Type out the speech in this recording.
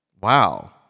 Wow